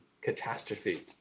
catastrophe